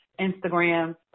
instagram